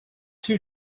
two